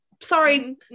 Sorry